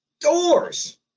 Doors